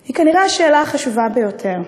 היא כנראה השאלה החשובה ביותר,